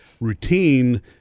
routine